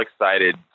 excited